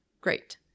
Great